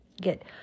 good